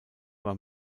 war